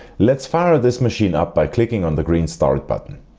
let's fire this machine up by clicking on the green start button.